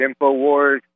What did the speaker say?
InfoWars